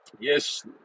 Yes